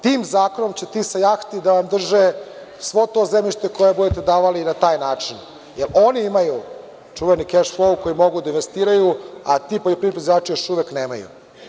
Tim zakonom će ti sa jahti da vam drže svo to zemljište koje budete davali na taj način, jer oni imaju čuveni keš flou koji mogu da investiraju, a ti poljoprivredni proizvođači još uvek nemaju.